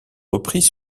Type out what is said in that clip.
repris